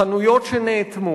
חנויות שנאטמו